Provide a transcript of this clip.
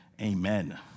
Amen